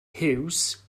huws